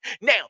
Now